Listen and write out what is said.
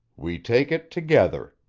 we take it together,